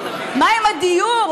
מה עם הדיור?